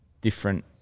different